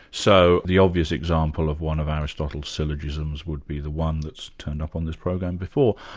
so the obvious example of one of aristotle's syllogisms would be the one that's turned up on this program before,